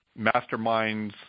masterminds